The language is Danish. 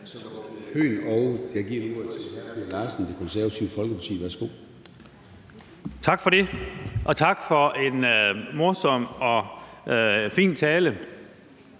Tak for det, og tak for en morsom og fin tale.